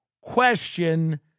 question